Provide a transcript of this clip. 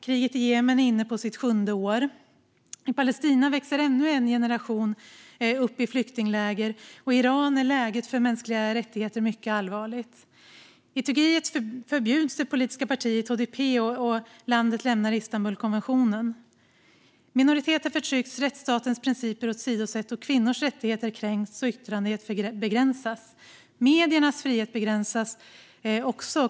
Kriget i Jemen är inne på sitt sjunde år. I Palestina växer ännu en generation upp i flyktingläger. I Iran är läget för mänskliga rättigheter mycket allvarligt. I Turkiet förbjuds det politiska partiet HDP, och landet lämnar Istanbulkonventionen. Minoriteter förtrycks, rättsstatens principer åsidosätts, kvinnors rättigheter kränks och yttrandefrihet begränsas. Mediernas frihet begränsas också.